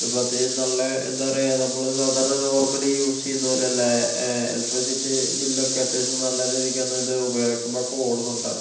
അപ്പോൾ അത്യാവശ്യം നല്ല എന്താ പറയുക നമ്മൾ സാധാരണ നോർമലി യൂസ് ചെയ്യുന്ന പോലെയല്ല ഇലക്ട്രിസിറ്റി ബില്ല് ഒക്കെ അത്യാവശ്യം നല്ല രീതിക്ക് തന്നെ ഇത് ഉപയോഗിക്കുമ്പോൾ കൂടുന്നുണ്ട്